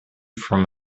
from